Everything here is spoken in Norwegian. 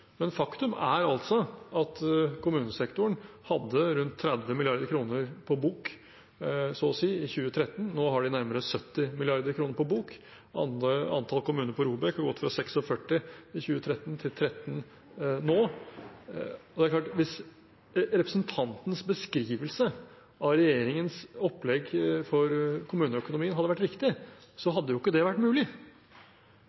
men faktum er altså at kommunesektoren hadde rundt 30 mrd. kr på bok i 2013. Nå har de nærmere 70 mrd. kr på bok. Antall kommuner på ROBEK har gått fra 46 i 2013 til 13 nå. Det er klart at hvis representantens beskrivelse av regjeringens opplegg for kommuneøkonomien hadde vært riktig,